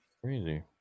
Crazy